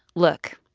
look,